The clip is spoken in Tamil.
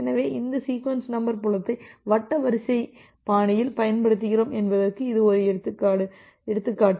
எனவே இந்த சீக்வென்ஸ் நம்பர் புலத்தை வட்ட வரிசை பாணியில் பயன்படுத்துகிறோம் என்பதற்கு இது ஒரு எடுத்துக்காட்டு